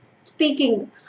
speaking